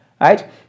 right